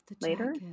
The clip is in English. later